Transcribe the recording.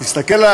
תסתכל,